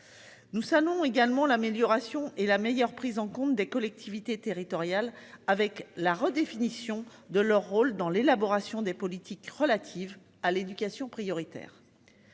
Nous saluons également l'amélioration et la meilleure prise en compte des collectivités territoriales avec la redéfinition de leur rôle dans l'élaboration des politiques relatives à l'éducation prioritaire.